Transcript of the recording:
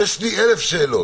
יש לי אלף שאלות,